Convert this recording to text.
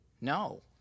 No